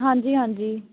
ਹਾਂਜੀ ਹਾਂਜੀ